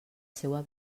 seua